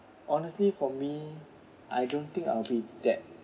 honestly for me I don't think I'll be that